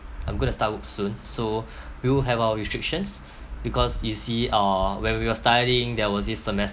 I'm going to start work soon so we'll have our restrictions because you see uh when we were studying there was this semester